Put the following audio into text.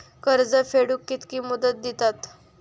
कर्ज फेडूक कित्की मुदत दितात?